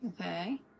Okay